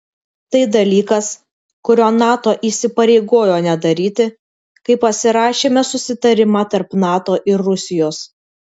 tai dalykas kurio nato įsipareigojo nedaryti kai pasirašėme susitarimą tarp nato ir rusijos